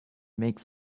makes